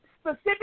specific